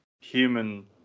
human